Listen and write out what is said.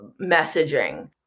messaging